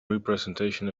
representation